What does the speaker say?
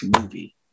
movie